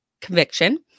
conviction